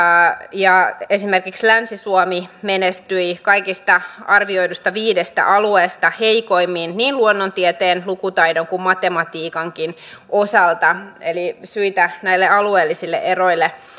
ja esimerkiksi länsi suomi menestyi kaikista arvioiduista viidestä alueesta heikoimmin niin luonnontieteen lukutaidon kuin matematiikankin osalta eli syitä näille alueellisille eroille